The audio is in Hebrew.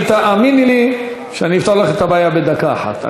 תאמיני לי שאני אפתור לך את הבעיה בדקה אחת.